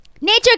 Nature